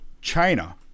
China